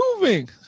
moving